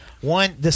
One